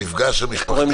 המפגש המשפחתי